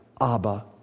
Abba